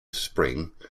spring